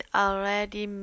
already